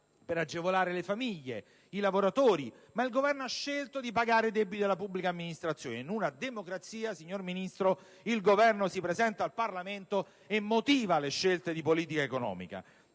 agevolare le famiglie o i lavoratori, ma il Governo ha scelto di pagare i debiti della pubblica amministrazione. In una democrazia, signor Ministro, il Governo si presenta al Parlamento e motiva le scelte di politica economica.